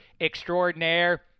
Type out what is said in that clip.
extraordinaire